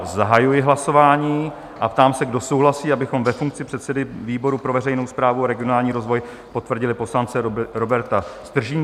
Zahajuji hlasování a ptám se, kdo souhlasí, abychom ve funkci předsedy výboru pro veřejnou správu a regionální rozvoj potvrdili poslance Roberta Stržínka?